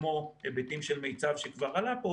כמו מיצ"ב שכבר עלה פה,